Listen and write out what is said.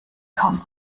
kaum